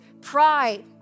pride